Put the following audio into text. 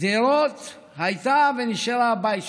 שדרות הייתה ונשארה הבית שלך.